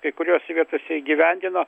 kai kuriose vietose įgyvendino